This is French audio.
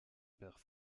père